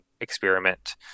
experiment